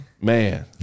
man